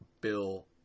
Bill